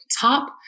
top